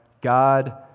God